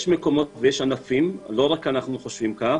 יש מקומות ויש ענפים שלמים לא רק אנחנו חושבים כך,